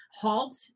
Halt